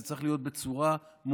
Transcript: זה צריך להיות בצורה מובהקת,